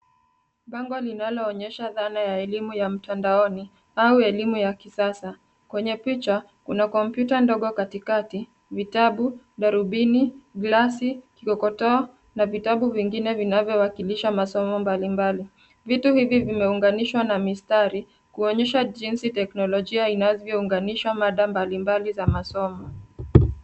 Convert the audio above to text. Bango linaloonyesha dhana ya elimu ya mtandaoni au elimu ya kisasa. Kwenye picha, kuna kompyuta ndogo katikati, vitabu, darubini , glasi, kikokotoo na vitabu vingine vinavyowakilisha masomo mbalimbali. Vitu hivi vimeunganishwa na mistari, kuonyesha jinsi teknolojia inavyounganisha mada mbalimbali za masomo.